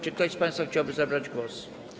Czy ktoś z państwa chciałby zabrać głos?